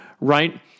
Right